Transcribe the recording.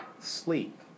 Sleep